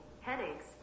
headaches